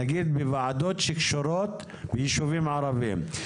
נניח בוועדות שקשורות לישובים ערבים?